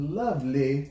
lovely